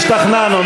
השתכנענו.